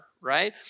right